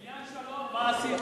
בעניין שלום מה עשית?